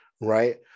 right